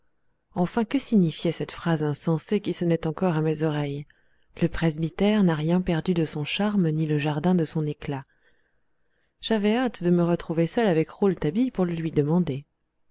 enfin que signifiait cette phrase insensée qui sonnait encore à mes oreilles le presbytère n'a rien perdu de son charme ni le jardin de son éclat j'avais hâte de me retrouver seul avec rouletabille pour le lui demander